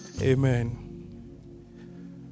Amen